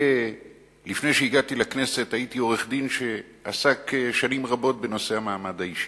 לפני שהגעתי לכנסת הייתי עורך-דין שעסק שנים רבות בנושא המעמד האישי.